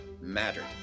mattered